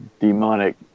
demonic